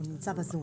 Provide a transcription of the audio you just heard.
הוא נמצא בזום.